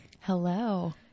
Hello